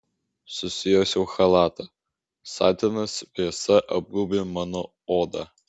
susijuosiau chalatą satinas vėsa apgaubė mano odą